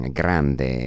grande